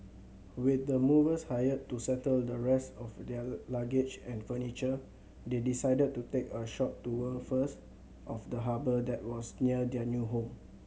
with the movers hired to settle the rest of their luggage and furniture they decided to take a short tour first of the harbour that was near their new home